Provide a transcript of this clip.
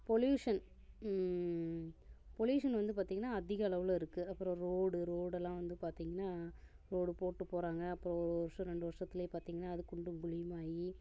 pollution pollution வந்து பார்த்திங்கனா அதிக அளவில் இருக்கு அப்புறோம் ரோடு ரோடெல்லாம் வந்து பார்த்திங்கனா ரோடு போட்டு போகிறாங்க அப்போது ஒரு வருஷம் ரெண்டு வருஷத்துலேயே பார்த்திங்கனா அது குண்டும் குழியுமாகி